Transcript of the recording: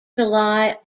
july